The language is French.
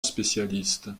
spécialistes